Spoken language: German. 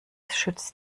schützt